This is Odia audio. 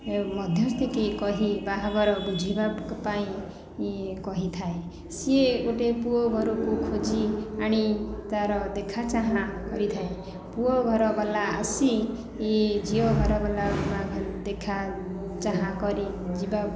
ମଧ୍ୟସ୍ଥିକି କହି ବାହାଘର ବୁଝିବା ପାଇଁ କହିଥାଏ ସିଏ ଗୋଟେ ପୁଅ ଘରକୁ ଖୋଜି ଆଣି ତାର ଦେଖା ଚାହାଁ କରିଥାଏ ପୁଅ ଘର ବାଲା ଆସି ଝିଅ ଘର ବାଲା ଘରେ ଦେଖା ଚାହାଁ କରି ଯିବା